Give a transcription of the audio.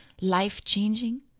life-changing